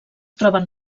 troben